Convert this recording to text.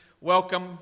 welcome